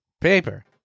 paper